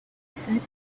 said